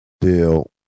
Deal